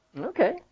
Okay